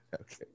Okay